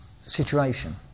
situation